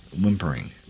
whimpering